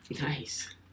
Nice